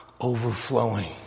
overflowing